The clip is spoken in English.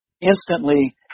instantly